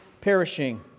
perishing